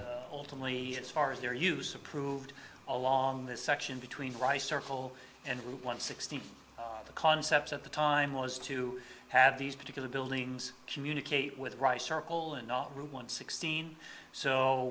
ultimately as far as their use approved along this section between rice circle and one sixteenth of the concept at the time was to have these particular buildings communicate with rice circle and not route one sixteen so